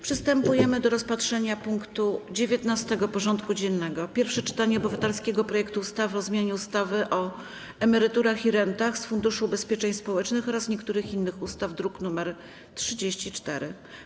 Przystępujemy do rozpatrzenia punktu 19. porządku dziennego: Pierwsze czytanie obywatelskiego projektu ustawy o zmianie ustawy o emeryturach i rentach z Funduszu Ubezpieczeń Społecznych oraz niektórych innych ustaw (druk nr 34)